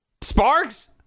Sparks